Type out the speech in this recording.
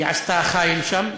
היא עשתה חיל שם.